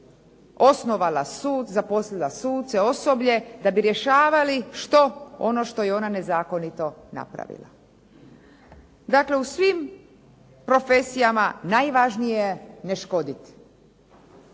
osnovala sud, zaposlila suce, osoblje, da bi rješavali što? Ono što je ona nezakonito napravila. Dakle, u svim profesijama najvažnije je ne škoditi